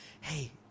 hey